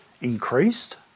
increased